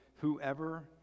whoever